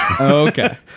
Okay